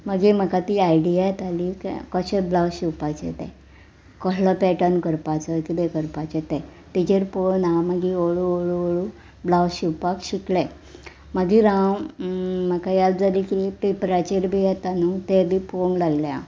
मागीर म्हाका ती आयडिया येताली कशें ब्लावज शिवपाचे ते कसलो पॅटर्न करपाचो किदें करपाचे ते तेजेर पळोवन हांव मागीर हळू हळू हळू ब्लावज शिवपाक शिकले मागीर हांव म्हाका याद जाली की पेपराचेर बी येता न्हू ते बी पोवंक लागले हांव